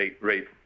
rate